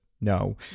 no